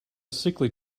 sickly